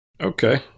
Okay